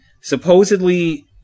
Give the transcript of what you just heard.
supposedly